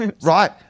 Right